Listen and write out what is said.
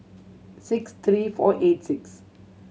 sixty three four eight six